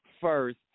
first